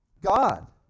God